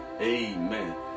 Amen